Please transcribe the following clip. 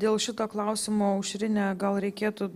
dėl šito klausimo aušrine gal reikėtų